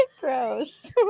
Gross